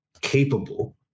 capable